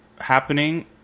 happening